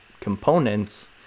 components